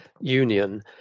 Union